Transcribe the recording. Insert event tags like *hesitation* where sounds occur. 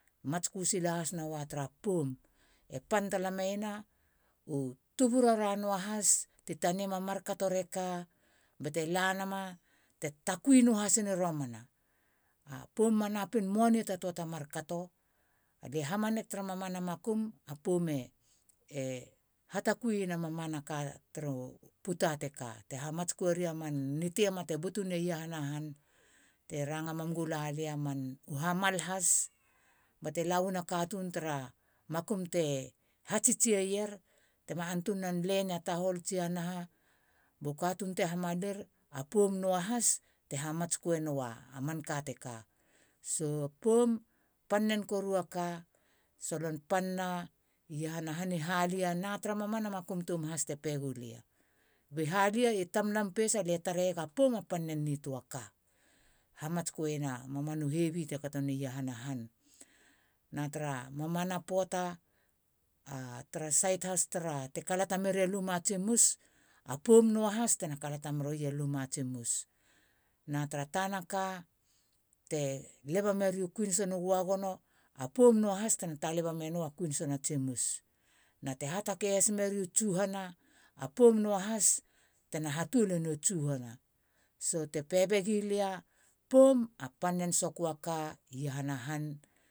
Matsku sila has nua tra poum. e pan tala mena u tuburara nua hasti taniama mar kato reka ba te la nama. te takui nuahasini romana. a poum manapin mua nei ta tua ta mar kato alia hamanak tra mamana makum. a poum e. Hesitation. hatakuiena mamana ka turu puta teka te hamatskuena man ni tiama te butuni iahana han. te ranga mam gula lia. man u hamal has na te lawana katun tara makum te hatsitsieier. tema antunan le nia tahol na. *hesitation* bo katun te hamalir. a poum nuahas te hamatskue nua manka teka. Hesitation. poum panen koru aka. solon pan ne iahana han i haliana tra mamana makum toum haste pegulia. ba halia i tamlam pesa lia tareiega poum a panen nitoa ka. hamatskuena mamanu hevi tekato ni iahana han. Na tra mamana poata. *hesitation* tra sait has tara te kalata merua luma tsimus. a poum nua has tena kalata merua luma a tsimus. na tara tana ka. te leba meriu kuin sono goagono a poum nua ha. tena talinga menia kuin sono tsimus na te hatakei has meri u tsuhana. *hesitation* te pe begilia poum a panen soku a ka iahana han.